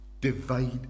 divide